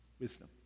wisdom